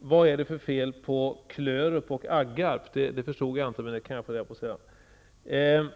Vad det var för fel på Klörup och Aggarp förstod jag inte, men det kanske jag kan få reda på sedan.